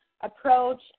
approach